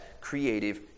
creative